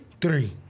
Three